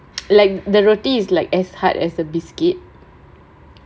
like the roti is like as hard as a biscuit